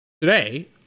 today